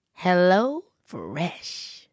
HelloFresh